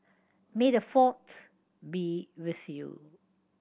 may the Fourth be with you